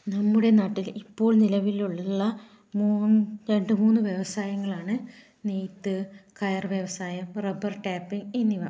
നമ്മുടെ നാട്ടിൽ ഇപ്പോൾ നിലവിലുള്ള മൂ രണ്ട് മൂന്ന് വ്യവസായങ്ങളാണ് നെയ്ത്ത് കയർ വ്യവസായം റബ്ബർ ടാപ്പിംഗ് എന്നിവ